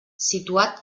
situat